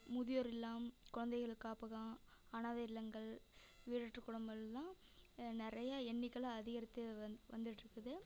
முதியோர் இல்லம் குழந்தைகள் காப்பகம் அனாதை இல்லங்கள் வீடற்ற குடும்பங்கள்லாம் ஏ நிறைய எண்ணிக்கையில அதிகரித்து வந் வந்துகிட்ருக்குது